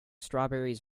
strawberries